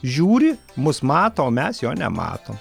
žiūri mus mato o mes jo nemato